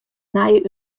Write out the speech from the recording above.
nije